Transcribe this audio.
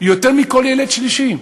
יותר מכל ילד שלישי.